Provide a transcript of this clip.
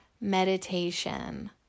meditation